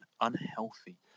unhealthy